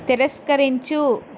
తిరస్కరించు